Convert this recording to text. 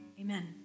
Amen